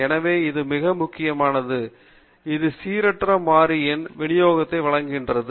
எனவே இது மிக மிக முக்கியமானது இது சீரற்ற மாறியலின் விநியோகத்தை வழங்குகிறது